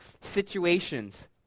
situations